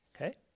Okay